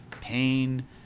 pain